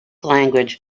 language